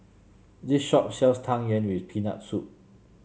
this shop sells Tang Yuen with Peanut Soup